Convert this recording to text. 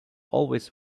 always